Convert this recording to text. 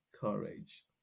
courage